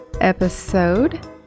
episode